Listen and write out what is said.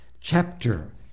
chapter